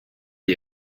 you